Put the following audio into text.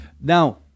Now